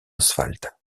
asphalte